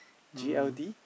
G_L_D